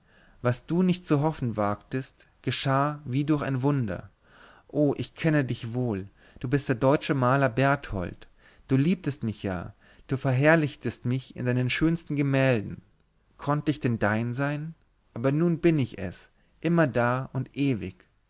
was du nicht zu hoffen wagtest geschah wie durch ein wunder oh ich kenne dich wohl du bist der deutsche maler berthold du liebtest mich ja und verherrlichtest mich in deinen schönsten gemälden konnte ich denn dein sein aber nun bin ich es immerdar und ewig